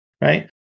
right